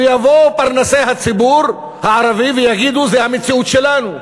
ויבואו פרנסי הציבור הערבי ויגידו: זו המציאות שלנו.